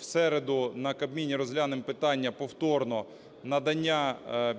В середу на Кабміні розглянемо питання повторно надання